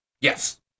Yes